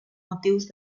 motius